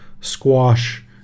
squash